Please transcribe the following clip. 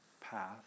path